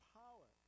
power